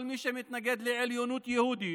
כל מי שמתנגד לעליונות יהודית,